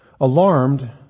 Alarmed